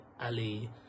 Ali